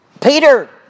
Peter